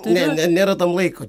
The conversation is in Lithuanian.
ne ne nėra tam laiko